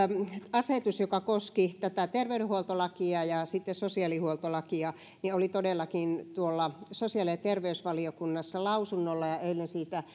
asetus joka koski terveydenhuoltolakia ja sosiaalihuoltolakia oli todellakin sosiaali ja terveysvaliokunnassa lausunnolla ja eilen siitä